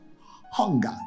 hunger